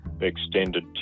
extended